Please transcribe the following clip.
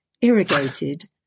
Irrigated